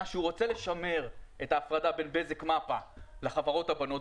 שהוא רוצה לשמר את ההפרה בין בזק מפ"א לחברות הבנות,